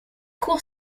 cour